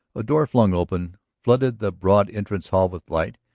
a door flung open flooded the broad entrance hall with light.